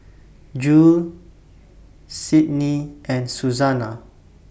Jule Sydnie and Suzanna